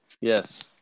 Yes